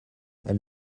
elle